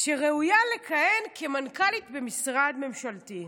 שראויה לכהן כמנכ"לית במשרד ממשלתי.